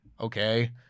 okay